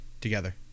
together